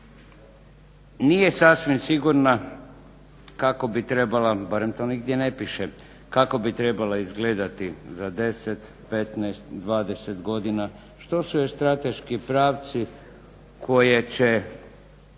nije sasvim sigurna kako bi trebala, barem to nigdje ne piše, kako bi trebala izgledati za 10, 15, 20 godina, što su joj strateški pravci koje će